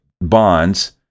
bonds